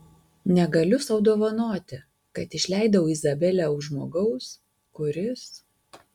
negaliu sau dovanoti kad išleidau izabelę už žmogaus kuris